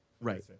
Right